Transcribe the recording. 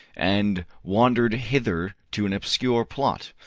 and wand'red hither to an obscure plot,